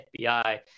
FBI